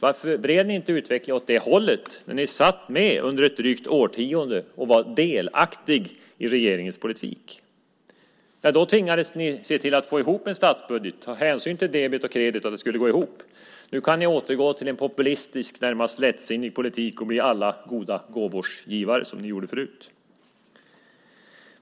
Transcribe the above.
Varför vred ni inte utvecklingen åt det hållet när ni satt med under ett drygt årtionde och var delaktiga i regeringens politik? Då tvingades ni se till att få ihop en statsbudget och ta hänsyn till att debet och kredit skulle gå ihop. Nu kan ni återgå till en populistisk, närmast lättsinnig, politik och bli alla goda gåvors givare, som förut.